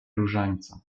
różańca